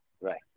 Right